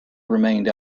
remained